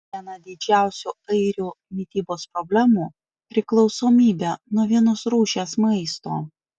viena didžiausių airių mitybos problemų priklausomybė nuo vienos rūšies maisto